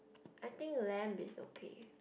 I think lamb is okay